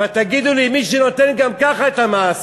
אבל תגידו לי, מי שנותן גם כך את המעשר,